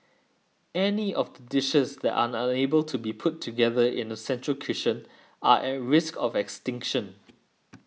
any of the dishes that are unable to be put together in a central kitchen are at risk of extinction